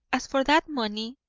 as for that money,